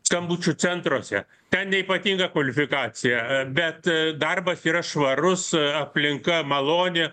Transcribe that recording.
skambučių centruose ten neypatinga kvalifikacija bet darbas yra švarus aplinka maloni